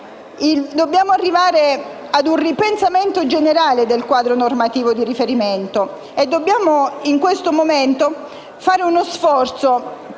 dobbiamo arrivare ad un ripensamento generale del quadro normativo di riferimento e dobbiamo in questo momento fare uno sforzo